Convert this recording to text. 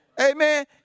Amen